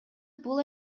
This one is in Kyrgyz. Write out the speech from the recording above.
бул